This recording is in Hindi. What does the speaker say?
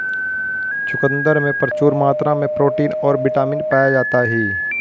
चुकंदर में प्रचूर मात्रा में प्रोटीन और बिटामिन पाया जाता ही